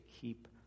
keep